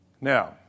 Now